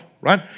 right